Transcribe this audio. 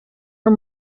are